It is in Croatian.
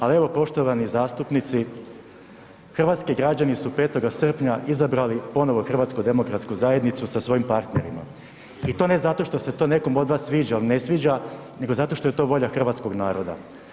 Ali evo poštovani zastupnici hrvatski građani su 5. srpnja izabrali ponovno HDZ sa svojim partnerima i to ne zato što se to nekome od vas sviđa ili ne sviđa nego zato što je to volja hrvatskog naroda.